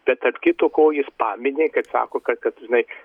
bet tarp kito ko jis pamini kad sako kad kad žinai